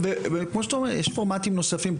יש פורמטים נוספים.